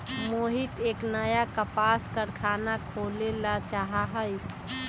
मोहित एक नया कपास कारख़ाना खोले ला चाहा हई